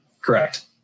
Correct